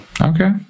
okay